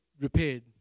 repaired